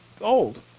old